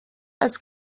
als